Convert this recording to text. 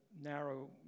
narrow